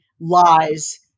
lies